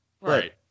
Right